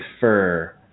fur